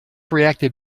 reacted